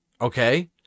Okay